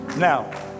now